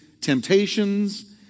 temptations